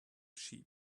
sheep